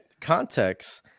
context